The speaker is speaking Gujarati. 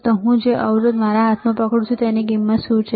હવે હું જે અવરોધ મારા હાથમાં પકડું છું તેની કિંમત શું છે